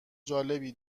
جالبی